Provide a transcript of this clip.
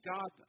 God